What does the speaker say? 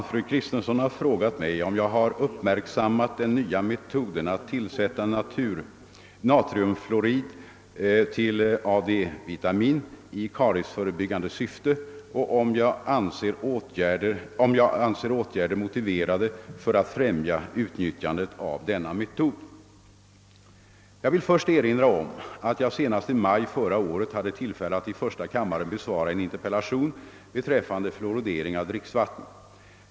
Fru Kristensson har frågat mig om jag har uppmärksammat den nyva metoden att tillsätta natriumfluorid till AD-vitamin i kariesförebyggande syfte och om jag anser åtgärder motiverade för att främja utnyttjandet av denna metod, Jag vill först erinra om att jag senast i maj förra året hade tillfälle att i första kammaren besvara en interpellation beträffande fluoridering av dricksvatten.